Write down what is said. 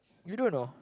you don't know